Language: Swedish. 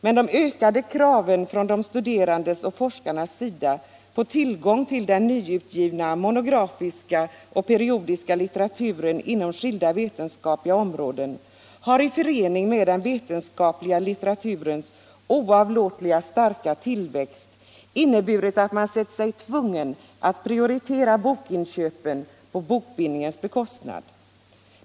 Men de ökade kraven från studerande och forskare på tillgång till den nyutgivna monografiska och periodiska litteraturen inom skilda vetenskapliga områden har i förening med den vetenskapliga litteraturens oavlåtligt starka tillväxt inneburit att man sett sig tvungen att prioritera bokinköpen på bokbindningens bekostnad.